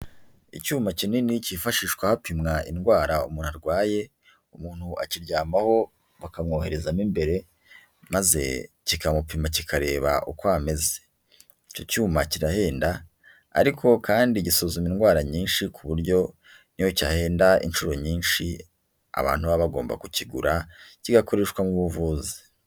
Icyuma kinini kifashishwa hapimwa indwara umuntu arwaye, umuntu akiryamaho bakamwoherezamo imbere maze kikamupima kikareba uko ameze, icyo cyuma kirahenda ariko kandi gisuzuma indwara nyinshi ku buryo niyo cyahenda inshuro nyinshi abantu baba bagomba kukigura kigakoreshwa mu buvuzi.